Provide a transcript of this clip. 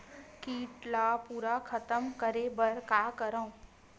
कीट ला पूरा खतम करे बर का करवं?